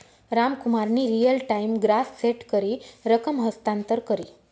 रामकुमारनी real time gross set करी रकम हस्तांतर करी